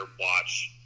watch